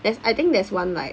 there's I think there's one like